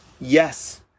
yes